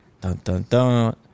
Dun-dun-dun